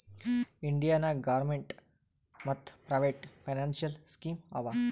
India ನಾಗ್ government ಮತ್ private financial scheme ಆವಾ